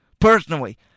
personally